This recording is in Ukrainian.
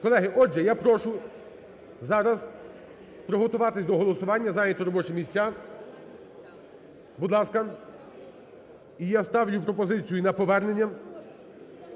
Колеги, отже, я прошу зараз приготуватися до голосування, зайняти робочі місця, будь ласка. І я ставлю пропозицію на повернення